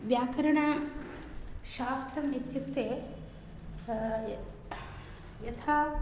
व्याकरणशास्त्रम् इत्युक्ते यथा